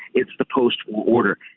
it's the post-war order.